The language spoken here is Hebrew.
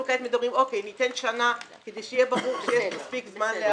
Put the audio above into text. אנחנו כעת מדברים שניתן שנה כדי שיהיה ברור שיהיה מספיק זמן להיערכות.